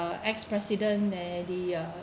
uh ex president leh the a